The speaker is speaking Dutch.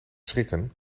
schrikken